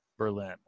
Berlin